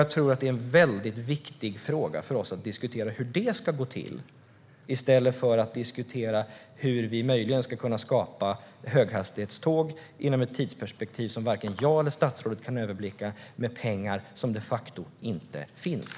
Jag tror att det är en väldigt viktig fråga för oss att diskutera hur det ska gå till, i stället för att diskutera hur vi möjligen ska kunna skapa höghastighetståg inom ett tidsperspektiv som varken jag eller statsrådet kan överblicka med pengar som de facto inte finns.